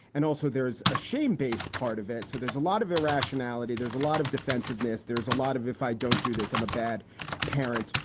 and also there's a shame based part of it. so there's a lot of irrationality. there's a lot of defensiveness. there's a lot of if i don't do this, i'm a bad parent.